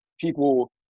people